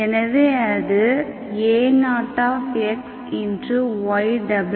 எனவே அது a0xya1xya2xy0